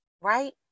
Right